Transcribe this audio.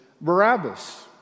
Barabbas